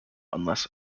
unless